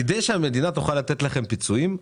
כדי שהמדינה תוכל לתת לכם פיצויים,